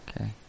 Okay